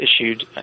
issued